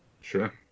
Sure